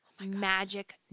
magic